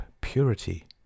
purity